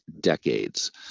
decades